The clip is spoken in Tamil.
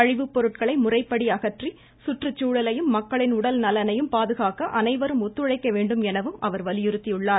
கழிவுப் பொருட்களை முறைப்படி அகற்றி சுற்றுச்சூழலையும் மக்களின் உடல் நலனையும் காக்க அனைவரும் ஒத்துழைக்க வேண்டும் எனவும் அவர் வலியுறுத்தியுள்ளார்